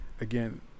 again